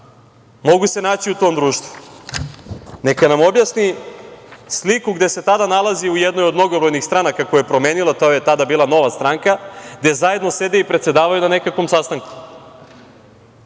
mogu se naći u tom društvu, neka nam objasni sliku gde se tada nalazi u jednoj od mnogobrojnih stranaka koje je promenila, to je tada bila Nova stranka, gde zajedno sede i predsedavaju na nekakvom sastanku.Zašto